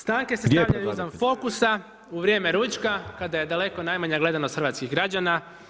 Stanke se stavljaju izvan fokusa u vrijeme ručka kada je daleko najmanja gledanost hrvatskih građana.